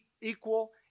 equal